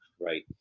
right